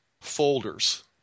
folders